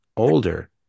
Older